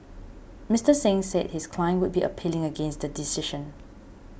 Mister Singh said his client would be appealing against the decision